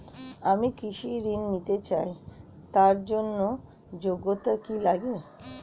আমি কৃষি ঋণ নিতে চাই তার জন্য যোগ্যতা কি লাগে?